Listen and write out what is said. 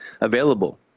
available